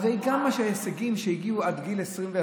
הרי גם שההישגים שהגיעו עד גיל 21,